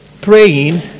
praying